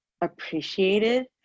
appreciated